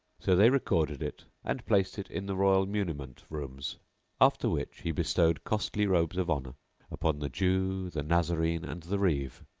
so they recorded it and placed it in the royal muniment-rooms after which he bestowed costly robes of honour upon the jew, the nazarene and the reeve,